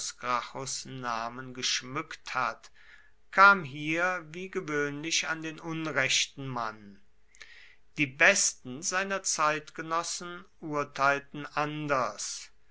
namen geschmückt hat kam hier wie gewöhnlich an den unrechten mann die besten seiner zeitgenossen urteilten anders